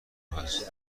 است